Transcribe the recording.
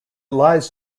lies